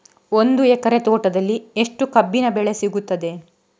ಒಂದು ಎಕರೆ ತೋಟದಲ್ಲಿ ಎಷ್ಟು ಕಬ್ಬಿನ ಬೆಳೆ ಸಿಗುತ್ತದೆ?